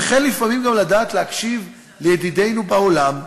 וכן לפעמים גם לדעת להקשיב לידידינו בעולם,